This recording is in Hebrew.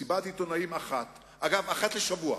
מסיבת עיתונאים אחת, אגב, אחת לשבוע.